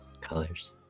colors